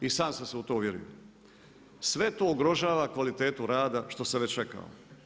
I sam sam se u to uvjerio, sve to ugrožava kvalitetu rada što sam već rekao.